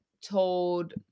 told